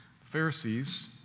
Pharisees